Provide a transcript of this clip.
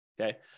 Okay